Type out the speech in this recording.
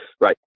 right